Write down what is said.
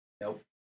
Nope